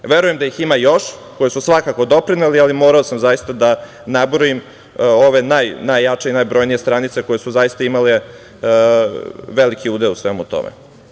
Verujem da ih ima još koje su svakako doprineli, ali sam morao zaista da nabrojim ove najjače i najbrojnije stranice koje su zaista imale veliki udeo u svemu tome.